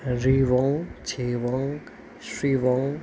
रिवङ छेवङ श्रीवङ